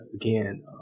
again